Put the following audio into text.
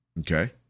Okay